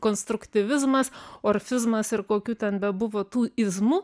konstruktyvizmas orfizmas ir kokių ten bebuvo tų izmų